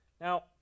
Now